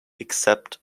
except